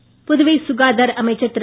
மல்லாடி புதுவை சுகாதார அமைச்சர் திரு